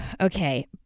Okay